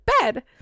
bed